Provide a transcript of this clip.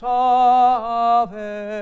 Save